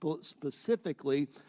specifically